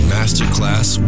Masterclass